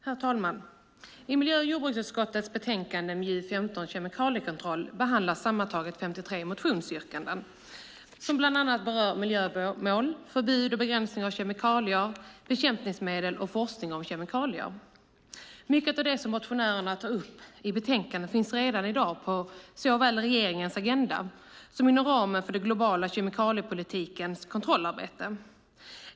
Herr talman! I miljö och jordbruksutskottets betänkande MJU15 Kemikaliekontroll behandlas sammantaget 53 motionsyrkanden som bland annat berör miljömål, förbud mot och begränsning av kemikalier, bekämpningsmedel och forskning om kemikalier. Mycket av det som motionärerna tar upp i betänkandet finns redan i dag såväl på regeringens agenda som inom ramen för den globala kemikaliepolitikens kontrollarbete.